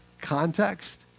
context